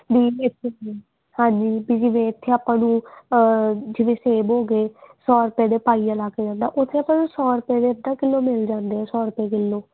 ਵੀ ਇੱਥੇ ਵੀ ਹਾਂਜੀ ਵੀ ਜਿਵੇਂ ਇਥੇ ਆਪਾਂ ਨੂੰ ਜਿਵੇਂ ਸੇਬ ਹੋ ਗਏ ਸੌ ਰੁਪਏ ਦੇ ਪਾਈਆ ਲੱਗ ਜਾਂਦਾ ਉੱਥੇ ਆਪਾਂ ਨੂੰ ਸੌ ਰੁਪਏ ਦੇ ਅੱਧਾ ਕਿਲੋ ਮਿਲ ਜਾਂਦੇ ਆ ਸੌ ਰੁਪਏ ਕਿਲੋ